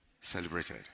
celebrated